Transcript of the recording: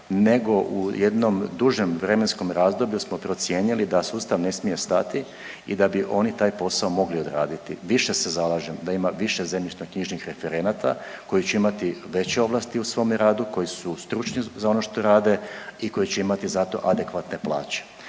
nego u jednom dužem vremenskom razdoblju smo procijenili da sustav ne smije stati i da bi oni taj posao mogli odraditi. Više se zalažem da ima više zemljišno-knjižnih referenata koji će imati veće ovlasti u svome radu, koji su stručni za ono što rade i koji će imati za to adekvatne plaće.